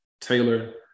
Taylor